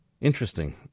Interesting